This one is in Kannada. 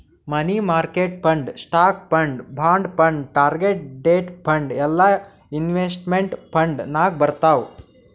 money market fund, stock fund, bond fund, target date fund ಎಲ್ಲಾ ಇನ್ವೆಸ್ಟ್ಮೆಂಟ್ ಫಂಡ್ ನಾಗ್ ಬರ್ತಾವ್